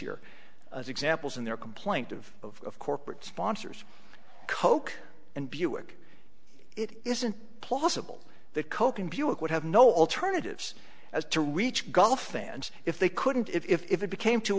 here as examples in their complaint of of corporate sponsors coke and buick it isn't plausible that coke and buick would have no alternatives as to reach golf fans if they couldn't if it became too